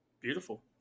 Beautiful